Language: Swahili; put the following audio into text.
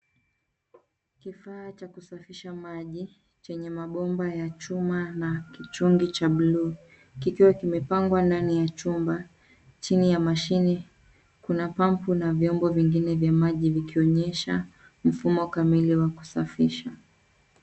Kifaa cha kusafisha maji, chenye mabomba ya chuma na kichungi cha buluu, kikiwa kimepangwa ndani ya chumba. Chini ya mashine, kuna pampu na vyombo vinvine vya maji vikionyesha mfumo kamili wa kusafisha.